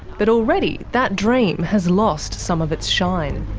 but already that dream has lost some of its shine.